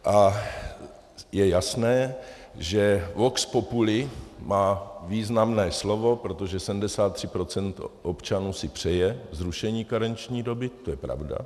A je jasné, že vox populi má významné slovo, protože 73 % občanů si přeje zrušení karenční doby, to je pravda.